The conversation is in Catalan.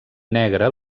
negre